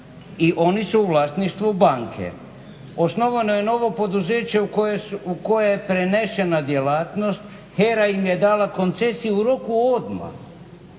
i oni su u vlasništvu banke. Osnovano je novo poduzeće u koje je prenesena djelatnost, HERA im je dala koncesiju u roku odmah,